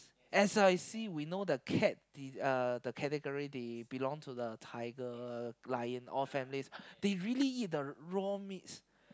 as I see we know the cat the uh the category they belong to the tiger lion all families they really eat the raw meats